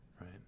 Right